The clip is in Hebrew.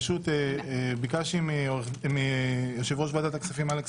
פשוט ביקשתי מיושב-ראש ועדת הכספים אלכס